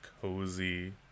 cozy